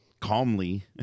calmly